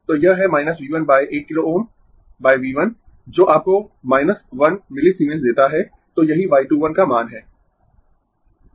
तो यह है V 1 1 किलो Ω V 1 जो आपको 1 मिलीसीमेंस देता है तो यही y 2 1 का मान है